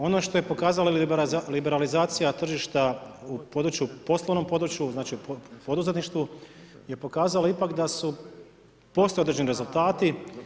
Ono što je pokazala liberalizacija tržišta u području, poslovnom području znači u poduzetništvu je pokazalo ipak da su, postoje određeni rezultati.